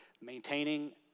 maintaining